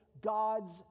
God's